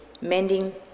mending